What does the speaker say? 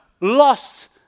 lost